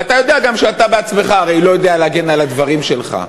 ואתה יודע גם שאתה בעצמך הרי לא יודע להגן על הדברים שלך.